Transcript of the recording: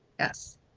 yes